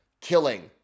killing